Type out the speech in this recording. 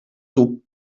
tub